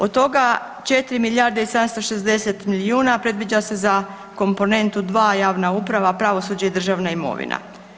Od toga 4 milijarde i 760 milijuna predviđa se za komponentu dva javna uprava, pravosuđe i državna imovina.